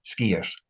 skiers